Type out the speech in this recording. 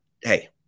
hey